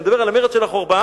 אני מדבר על המרד של החורבן,